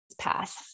path